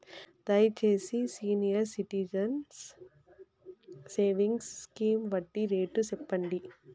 దయచేసి senior citizens savings scheme వడ్డీ rate సెప్పండి